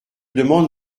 demande